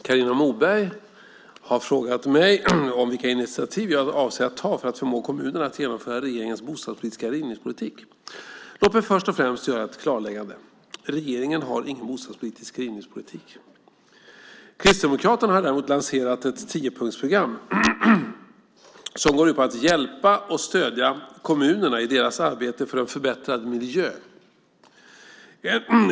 Herr talman! Carina Moberg har frågat mig vilka initiativ jag avser att ta för att förmå kommunerna att genomföra regeringens bostadspolitiska rivningspolitik. Låt mig först och främst göra ett klarläggande: Regeringen har ingen bostadspolitisk rivningspolitik. Kristdemokraterna har däremot lanserat ett tiopunktsprogram som går ut på att hjälpa och stödja kommunerna i deras arbete för en förbättrad miljö.